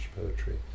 poetry